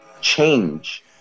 change